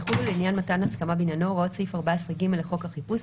יחולו לעניין מתן הסכמה בעניינו הוראות סעיף 14ג לחוק החיפוש,